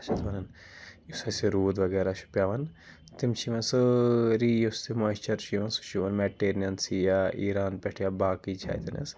کیاہ چھِ اَتھ وَنان یُس اَسہِ روٗد وغیرہ چھُ پیٚوان تِم چھِ یِوان سٲری یُس تہِ مۄیِسچَر چھُ یِوان سُہ چھُ یِوان میڑٹیٚرِن سی یا ایران پیٚٹھ یا باقٕے چھِ اَتیٚن حظ